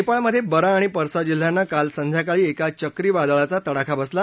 नप्राळमध्यवरा आणि परसा जिल्ह्यांना काल संध्याकाळी एका चक्रीवादळाचा तडाखा बसला